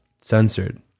censored